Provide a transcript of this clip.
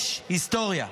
היסטוריה.